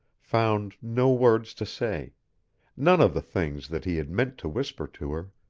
found no words to say none of the things that he had meant to whisper to her,